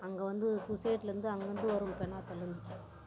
அங்கே வந்து சுசைட்லேருந்து அங்கேருந்து வரும் பெனாத்தல்லேருந்து